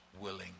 willing